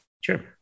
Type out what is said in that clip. Sure